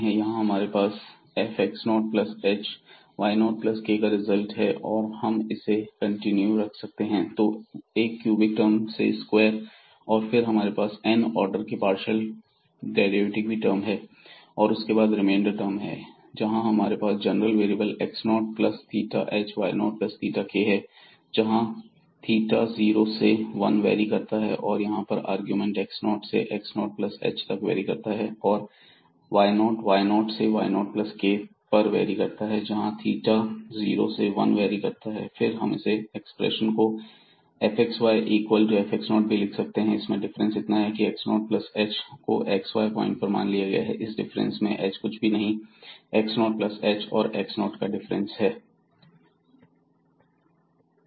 यहां हमारे पास fx0 plus h y0 plus k का रिजल्ट है और हम इसे कंटिन्यू रख सकते हैं तो 1 क्यूबिक टर्म से स्क्वायर और फिर हमारे पास n आर्डर के पार्शियल डेरिवेटिव की टर्म है और उसके बाद रिमेंडर टर्म है जहां हमारे पास general variable x0 plus theta h y0 plus theta k है जहां थीटा जीरो से वन वेरी करता है और यहां पर यह अरगुमेंट x0 से x0 प्लस h तक वेरी करता है और y0 y0 से y0 प्लस k पर वेरी करता है जहां थीटा जीरो से वन वेरी करता है या फिर हम इस एक्सप्रेशन को fxy इक्वल fx0 से भी लिख सकते हैं इसमें डिफरेंस इतना है की एक x0 प्लस h को xy पॉइंट मान लिया गया है इस डिफरेंस में h कुछ भी नहीं x0 प्लस h और x0 का डिफरेंस है